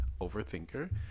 Overthinker